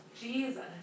Jesus